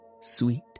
Sweet